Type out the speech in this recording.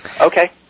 Okay